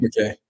Okay